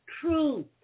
truth